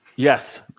Yes